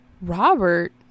Robert